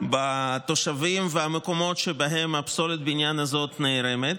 בתושבים ובמקומות שבהם פסולת הבניין הזאת נערמת,